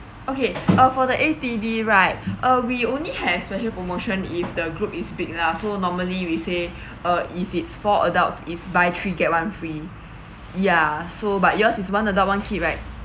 okay uh for the A_T_V right uh we only have special promotion if the group is big lah so normally we say uh if it's for adults is buy three get one free ya so but yours is one adult one kid right